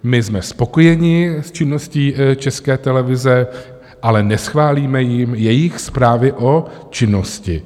My jsme spokojeni s činností České televize, ale neschválíme jim jejich zprávy o činnosti.